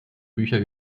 bücher